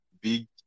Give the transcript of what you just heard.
big